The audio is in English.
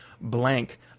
blank